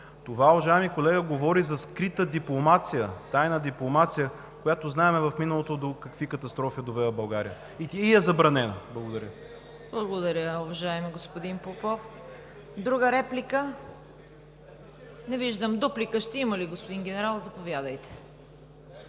това, уважаеми колега, говори за скрита дипломация, тайна дипломация, която знаем в миналото до какви катастрофи е довела България. И е забранено. Благодаря. ПРЕДСЕДАТЕЛ ЦВЕТА КАРАЯНЧЕВА: Благодаря, уважаеми господин Попов. Друга реплика? Не виждам. Дуплика ще има ли, господин генерал? За